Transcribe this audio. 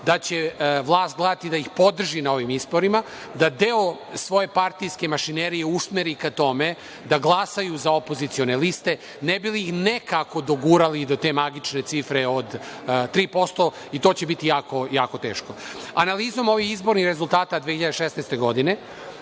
da će vlast gledati da ih podrži na ovim izborima, da deo svoje partijske mašinerije usmeri ka tome da glasaju za opozicione liste, ne bi li ih nekako dogurali do te magične cifre od 3%. To će biti jako teško. Analizom ovih izbornih rezultata 2016. godine